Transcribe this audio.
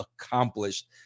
accomplished